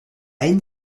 haine